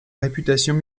réputation